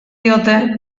diote